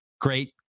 great